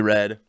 Red